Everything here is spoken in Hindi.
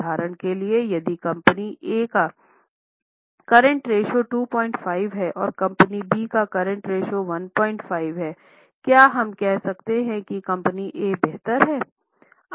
उदाहरण के लिए यदि कंपनी ए का करंट रेश्यो 25 है और कंपनी बी का करंट रेश्यो 15 है क्या हम कह सकते हैं कि कंपनी ए बेहतर है